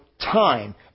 time